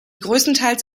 größtenteils